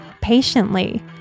patiently